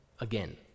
again